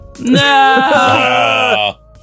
No